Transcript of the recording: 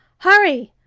hurry!